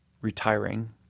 retiring